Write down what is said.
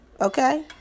Okay